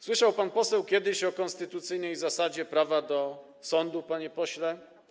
Słyszał pan poseł kiedyś o konstytucyjnej zasadzie prawa do sądu, panie pośle?